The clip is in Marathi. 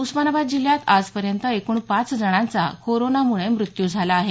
उस्मानाबाद जिल्ह्यात आजपर्यंत एकूण पाच जणांचा कोरोनामुळे मृत्यू झाला आहे